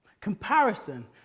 Comparison